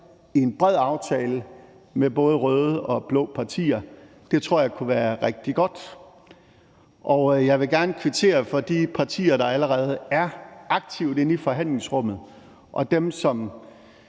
i en bred aftale med både røde og blå partier. Det tror jeg kunne være rigtig godt, og jeg vil gerne kvittere over for de partier, der allerede er aktivt inde i forhandlingsrummet, og dem, som